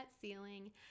ceiling